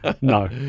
no